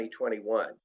2021